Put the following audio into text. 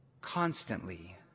constantly